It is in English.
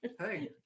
Hey